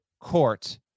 Court